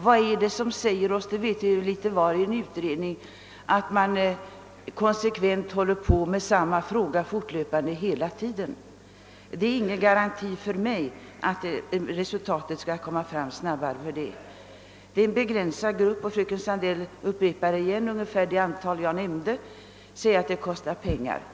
Vad är det som säger oss att en utredning konsekvent håller på med samma fråga fortlöpande hela tiden? Det finns ingen garanti för att resultatet av en detaljfråga skall komma fram snabbare om inte regeringen ålägger utredningen att behandla den med förtur. Det gäller en begränsad grupp, och fröken Sandell återger det antal jag nämnde och säger att det kostar pengar.